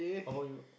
how about you